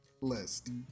List